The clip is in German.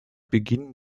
beginn